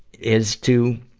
is to